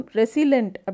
resilient